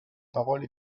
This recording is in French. parole